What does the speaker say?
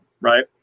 Right